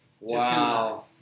Wow